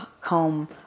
comb